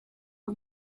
yng